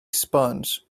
sponge